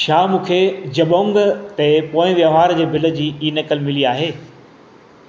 छा मूंखे जबोंग ते पोइ वहिंवार जे बिल जी ई नक़ुलु मिली आहे